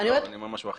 אני אומר משהו אחר.